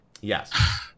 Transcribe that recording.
Yes